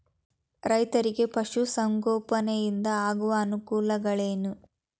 ರೈತರಿಗೆ ಪಶು ಸಂಗೋಪನೆಯಿಂದ ಆಗುವ ಅನುಕೂಲಗಳೇನು?